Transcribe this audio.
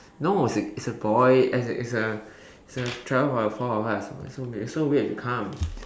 no it's a it's a boy as in it's a it's a travel for the four of us it's so weird it's so weird if you come